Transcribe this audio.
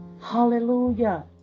Hallelujah